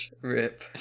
Rip